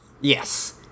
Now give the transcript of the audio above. Yes